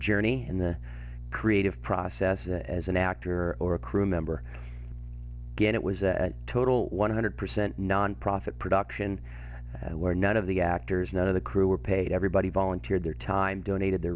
journey in the creative process as an actor or a crew member again it was a total one hundred percent non profit production where none of the actors none of the crew were paid everybody volunteered their time donated the